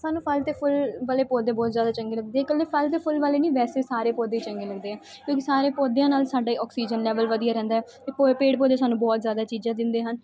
ਸਾਨੂੰ ਫਲ ਅਤੇ ਫੁੱਲ ਵਾਲੇ ਪੌਦੇ ਬਹੁਤ ਜ਼ਿਆਦਾ ਚੰਗੇ ਲੱਗਦੇ ਆ ਇਕੱਲੇ ਫਲ ਅਤੇ ਫੁੱਲ ਵਾਲੇ ਨਹੀਂ ਵੈਸੇ ਸਾਰੇ ਪੌਦੇ ਚੰਗੇ ਲੱਗਦੇ ਆ ਕਿਉਂਕਿ ਸਾਰੇ ਪੌਦਿਆਂ ਨਾਲ ਸਾਡੇ ਆਕਸੀਜਨ ਲੈਵਲ ਵਧੀਆ ਰਹਿੰਦਾ ਹੈ ਅਤੇ ਪ ਪੇੜ ਪੌਦੇ ਸਾਨੂੰ ਬਹੁਤ ਜ਼ਿਆਦਾ ਚੀਜ਼ਾਂ ਦਿੰਦੇ ਹਨ